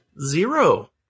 Zero